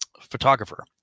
photographer